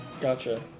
Gotcha